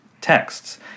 texts